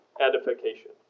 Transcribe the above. edification